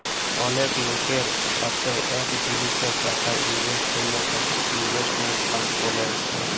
অলেক লকের সাথে এক জিলিসে টাকা ইলভেস্ট করল তাকে ইনভেস্টমেন্ট ফান্ড ব্যলে